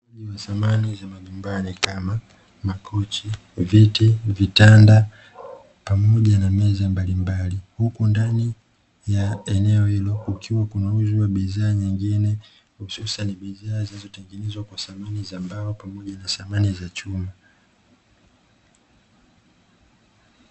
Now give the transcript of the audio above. Samani za majumbani kama viti, makochi, vitanda, pamoja na meza mbalimbali huku ndani ya eneo hilo kukiwa kuna uzwa bidhaa nyingine, hususani bidhaa zinazotengenezwa kwa samani za mbao pamoja na samani za chuma.